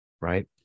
right